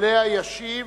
שעליה ישיב